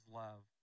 love